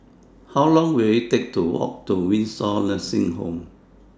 How Long Will IT Take to Walk to Windsor Nursing Home